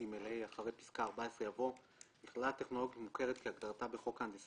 עד שחבר הכנסת מכלוף